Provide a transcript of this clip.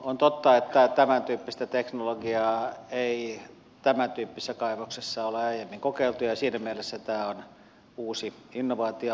on totta että tämäntyyppistä teknologiaa ei tämäntyyppisessä kaivoksessa ole aiemmin kokeiltu ja siinä mielessä tämä on uusi innovaatio